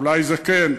אולי זקן,